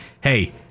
Hey